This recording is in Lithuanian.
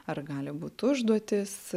ar gali būt užduotys